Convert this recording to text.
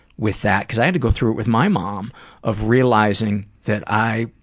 with that cause i had to go through it with my mom of realizing that i